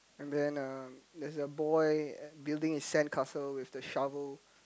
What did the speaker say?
I didn't know there is a boy building his sandcastle with the shovel